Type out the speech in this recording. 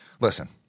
listen